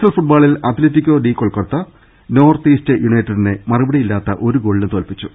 L ഫുട്ബോളിൽ Atletico ഡിം Kolkata north east യുണൈറ്റഡിനെ മറുപടിയില്ലാത്ത ഒരു ഗോളിന് തോൽപ്പിച്ചു